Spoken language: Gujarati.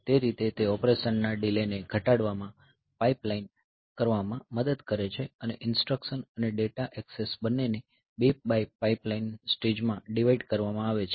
તે રીતે તે ઓપરેશનના ડીલે ને ઘટાડવા માં પાઇપલાઇન કરવામાં મદદ કરે છે અને ઇન્સટ્રકશન અને ડેટા એક્સેસ બંનેને 2 પાઇપલાઇન સ્ટેજમાં ડિવાઈડ કરવામાં આવે છે